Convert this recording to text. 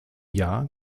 jahr